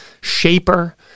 shaper